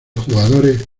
jugadores